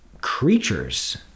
creatures